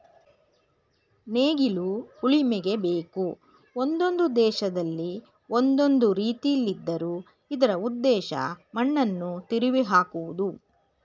ನೇಗಿಲು ಉಳುಮೆಗೆ ಬೇಕು ಒಂದೊಂದು ದೇಶದಲ್ಲಿ ಒಂದೊಂದು ರೀತಿಲಿದ್ದರೂ ಇದರ ಉದ್ದೇಶ ಮಣ್ಣನ್ನು ತಿರುವಿಹಾಕುವುದು